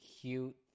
cute